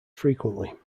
frequently